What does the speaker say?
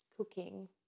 cooking